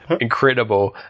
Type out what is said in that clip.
incredible